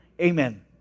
Amen